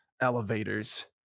elevators